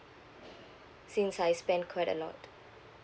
since I spend quite a lot